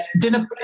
dinner